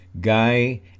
Guy